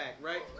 right